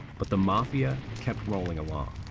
but the mafia kept rolling along.